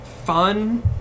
fun